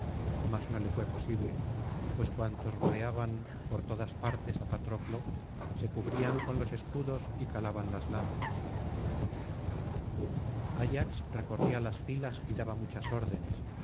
mas no le fué posible pues cuantos rodeaban por todas partes á patroclo se cubrían con los escudos y calaban las lanzas ayax recorría las filas y daba muchas órdenes